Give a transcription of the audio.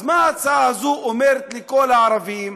אז מה ההצעה הזאת אומרת לכל הערבים?